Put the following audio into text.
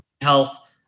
health